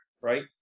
right